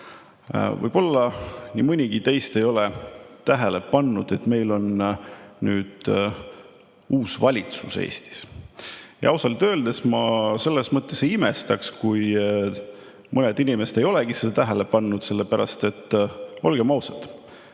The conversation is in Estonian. Võib-olla nii mõnigi teist ei ole tähele pannud, et meil on nüüd Eestis uus valitsus. Ausalt öeldes ma ei imestaks, kui mõned inimesed ei olegi seda tähele pannud, sellepärast et olgem ausad: